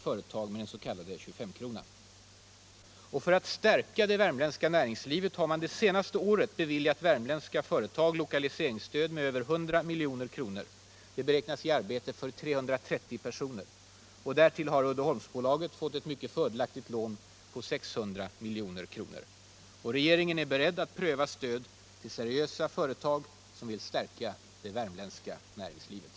För att stärka det värmländska näringslivet har man det senaste året beviljat värmländska företag lokaliseringsstöd med över 100 milj.kr. Det beräknas ge arbete för 330 personer. Därtill kommer att Uddeholmsbolaget fått ett mycket fördelaktigt lån på 600 milj.kr. Regeringen är beredd att pröva stöd till seriösa företag som vill stärka det värmländska näringslivet.